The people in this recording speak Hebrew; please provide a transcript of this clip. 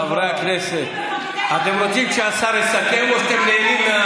חברי הכנסת, אתם רוצים שהשר יסכם או שאתם נהנים?